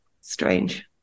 Strange